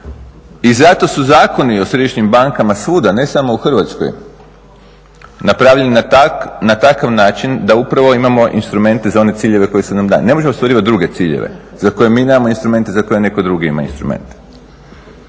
I zato su zakoni o središnjim bankama svuda, ne samo u Hrvatskoj, napravljeni na takav način da upravo imamo instrumente za one ciljeve koji su nam dani. Ne možemo ostvarivati druge ciljeve za koje mi nemamo instrumente i za koje netko drugi ima instrumente.